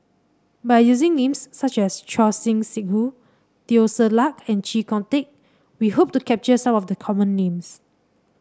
by using names such as Choor Singh Sidhu Teo Ser Luck and Chee Kong Tet we hope to capture some of the common names